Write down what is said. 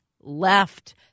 left